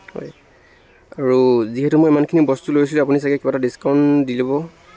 হয় আৰু যিহেতু মই ইমানখিনি বস্তু লৈছোঁ যে আপুনি চাগৈ কিবা এটা ডিচকাউণ্ট দি দিব